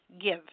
give